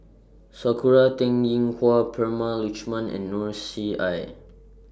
Sakura Teng Ying Hua Prema Letchumanan and Noor C I